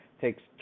takes